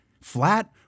Flat